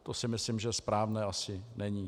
To si myslím, že správné asi není.